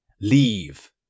Leave